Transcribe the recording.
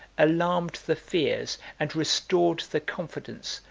alarmed the fears, and restored the confidence,